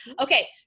Okay